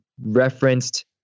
referenced